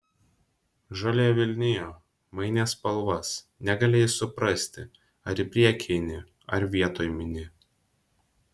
žolė vilnijo mainė spalvas negalėjai suprasti ar į priekį eini ar vietoj mini